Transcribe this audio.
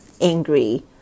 angry